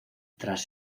tras